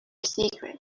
secret